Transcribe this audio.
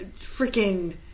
freaking